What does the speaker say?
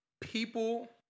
People